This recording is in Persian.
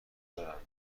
دارم